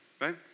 right